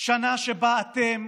שנה שבה אתם,